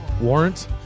Warrant